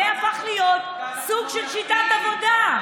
זה הפך להיות סוג של שיטת עבודה.